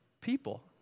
people